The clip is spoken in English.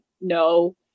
No